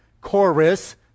Chorus